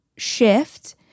shift